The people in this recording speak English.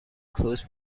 closed